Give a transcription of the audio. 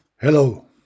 Hello